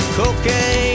cocaine